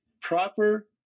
proper